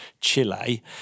chile